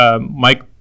Mike